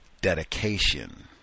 dedication